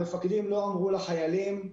המפקדים לא אמרו לחיילים,